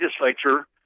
legislature